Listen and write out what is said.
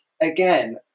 again